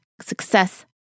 success